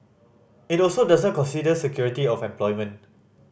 it also doesn't consider security of employment